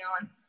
on